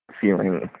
feeling